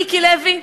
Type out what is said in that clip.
מיקי לוי?